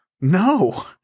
No